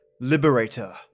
Liberator